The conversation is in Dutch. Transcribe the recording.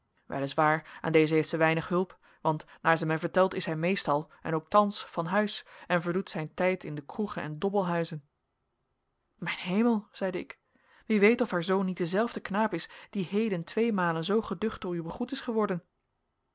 waar aan dezen heeft zij weinig hulp want naar zij mij vertelt is hij meestal en ook thans van huis en verdoet zijn tijd in de kroegen en dobbelhuizen mijn hemel zeide ik wie weet of haar zoon niet dezelfde knaap is die heden tweemalen zoo geducht door u begroet is geworden